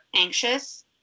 anxious